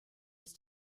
ist